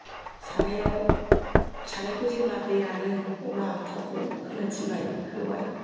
सारायाव सारायखौ जेब्ला दै रानो अब्ला थावखौ होनो थिनबाय होबाय